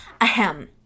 Ahem